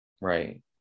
Right